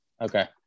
Okay